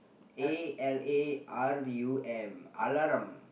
A L A R U M alarum